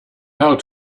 how